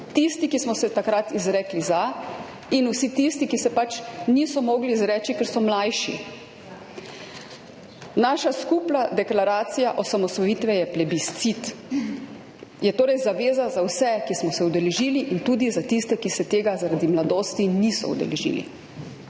tisti, ki smo se takrat izrekli za, in vsi tisti, ki se pač niso mogli izreči, ker so mlajši. Naša skupna deklaracija osamosvojitve je plebiscit, je torej zaveza za vse, ki smo se udeležili, in tudi za tiste, ki se tega zaradi mladosti niso udeležili.